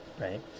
right